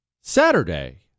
Saturday